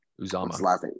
Uzama